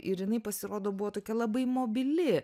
ir jinai pasirodo buvo tokia labai mobili